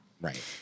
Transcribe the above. Right